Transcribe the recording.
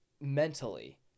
mentally